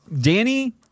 Danny